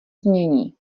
znění